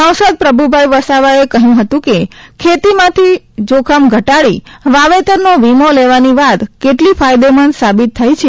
સાંસદ પ્રભુભાઇ વસાવાએ કહ્યું હતું કે ખેતીમાંથી જોખમ ઘટાડી વાવેતરનો વિમો લેવાની વાત કેટલી ફાયદેમંદ સાબીત થઇ છે